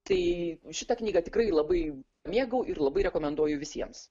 tai šitą knygą tikrai labai mėgau ir labai rekomenduoju visiems